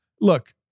Look